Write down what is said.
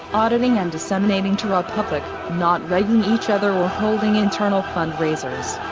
auditing and disseminating to raw public not regging each other or holding internal fundraisers.